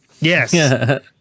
Yes